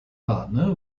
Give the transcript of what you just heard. partner